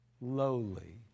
lowly